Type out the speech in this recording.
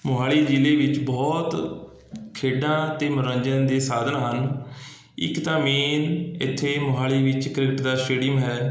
ਮੋਹਾਲੀ ਜ਼ਿਲ੍ਹੇ ਵਿੱਚ ਬਹੁਤ ਖੇਡਾਂ ਅਤੇ ਮਨੋਰੰਜਨ ਦੇ ਸਾਧਨ ਹਨ ਇਕ ਤਾਂ ਮੇਨ ਇੱਥੇ ਮੋਹਾਲੀ ਵਿੱਚ ਕ੍ਰਿਕਟ ਦਾ ਸਟੇਡੀਅਮ ਹੈ